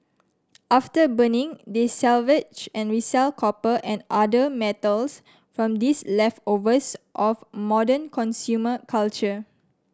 after burning they salvage and resell copper and other metals from these leftovers of modern consumer culture